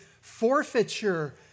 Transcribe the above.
forfeiture